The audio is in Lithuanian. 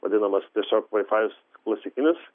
vadinamas tiesiog vaifajus klasikinis